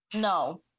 no